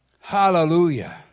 hallelujah